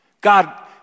God